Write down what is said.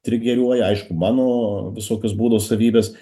trigeriuoja aišku mano visokios būdo savybės